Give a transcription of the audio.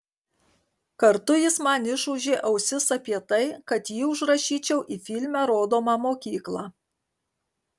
kartu jis man išūžė ausis apie tai kad jį užrašyčiau į filme rodomą mokyklą